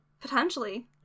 Potentially